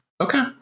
Okay